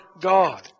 God